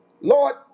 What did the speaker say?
Lord